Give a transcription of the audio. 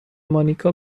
مانیکا